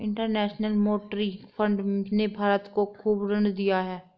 international monetary fund ने भारत को खूब ऋण दिया है